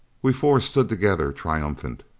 we four stood together, triumphant.